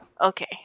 Okay